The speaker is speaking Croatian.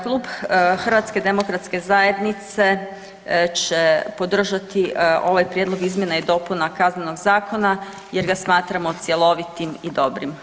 Klub HDZ-a će podržati ovaj Prijedlog izmjena i dopuna Kaznenog zakona jer ga smatramo cjelovitim i dobrim.